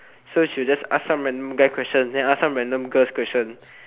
so she'll just ask some random guy questions and ask some random girl questions